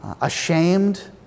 ashamed